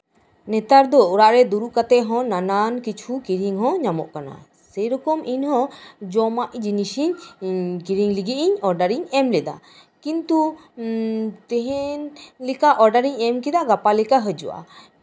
ᱱᱮᱛᱟᱨᱫᱚ ᱚᱲᱟᱜ ᱨᱮ ᱫᱩᱲᱩᱵ ᱠᱟᱛᱮᱜ ᱦᱚᱸ ᱱᱟᱱᱟᱱ ᱠᱤᱪᱷᱩ ᱠᱤᱨᱤᱧᱦᱚᱸ ᱧᱟᱢᱚᱜ ᱠᱟᱱᱟ ᱥᱮᱭ ᱨᱚᱠᱚᱢ ᱤᱧᱦᱚᱸ ᱡᱚᱢᱟᱜ ᱡᱤᱱᱤᱥ ᱤᱧ ᱠᱤᱨᱤᱧ ᱞᱟᱹᱜᱤᱫ ᱚᱰᱟᱨ ᱤᱧ ᱮᱢ ᱠᱮᱫᱟ ᱠᱤᱱᱛᱩ ᱛᱮᱦᱮᱧ ᱞᱮᱠᱟ ᱚᱰᱟᱨ ᱤᱧ ᱮᱢ ᱠᱮᱫᱟ ᱜᱟᱯᱟ ᱞᱮᱠᱟ ᱦᱤᱡᱩᱜᱼᱟ